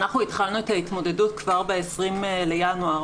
אנחנו התחלנו את ההתמודדות כבר ב-20 בינואר.